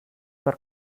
per